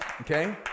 Okay